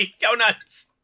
donuts